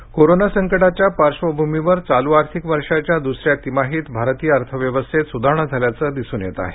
आर्थिक विकास कोरोना संकटाच्या पार्श्वभूमीवर चालू आर्थिक वर्षाच्या दुसऱ्या तिमाहीत भारतीय अर्थव्यवस्थेत सुधारणा झाल्याचं दिसून येत आहे